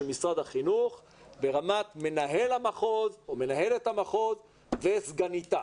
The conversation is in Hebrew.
משרד החינוך ברמת מנהל המחוז או מנהלת המחוז וסגניתה.